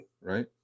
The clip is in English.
right